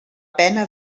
pena